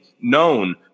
known